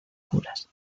curas